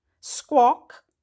Squawk